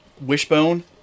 Wishbone